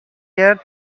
yet